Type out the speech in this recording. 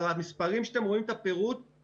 המספרים שאתם רואים, הפירוט, זה אחרי הסקר.